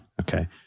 Okay